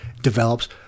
develops